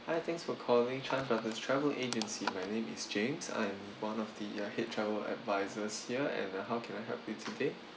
hi thanks for calling Chan brother travel agency my name is james I'm one of the uh head travel adviser here and uh how can I help you today